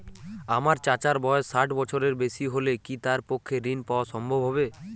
আমার চাচার বয়স ষাট বছরের বেশি হলে কি তার পক্ষে ঋণ পাওয়া সম্ভব হবে?